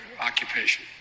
occupation